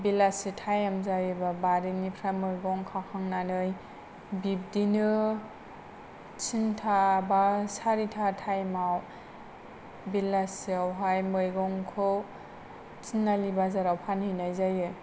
बेलासि टाइम जायोबा बारिनिफ्राय मैगं खाखांनानै बिब्दिनो तिनथा बा सारिथा टाइमआव बेलासियावहाय मैगंखौ थिनालि बाजाराव फानहैनाय जायो